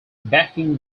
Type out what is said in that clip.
backing